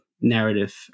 Narrative